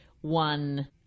one